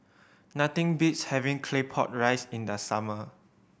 nothing beats having Claypot Rice in the summer